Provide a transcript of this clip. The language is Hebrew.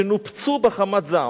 שנופצו בחמת זעם.